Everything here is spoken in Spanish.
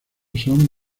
son